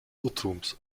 irrtums